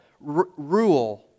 rule